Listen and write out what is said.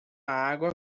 água